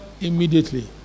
immediately